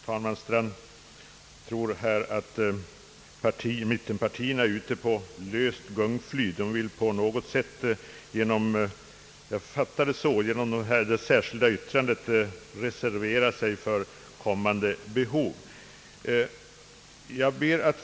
Talman Strand tror att mittenpartierna är ute på ett gungfly och genom det särskilda yttrandet vill på något sätt — så fattade jag det — reservera sig för kommande behov och eventualiteter.